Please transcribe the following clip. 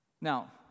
Now